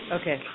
Okay